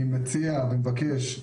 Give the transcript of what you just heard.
אני מציע ומבקש,